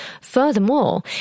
Furthermore